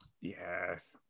Yes